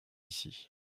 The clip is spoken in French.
ici